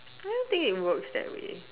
I don't think it works that way